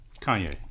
Kanye